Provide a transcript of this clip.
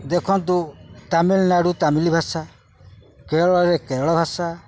ଦେଖନ୍ତୁ ତାମିଲନାଡ଼ୁ ତାମିଲ ଭାଷା କେରଳରେ କେରଳ ଭାଷା